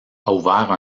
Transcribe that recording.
ouvert